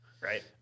right